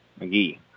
McGee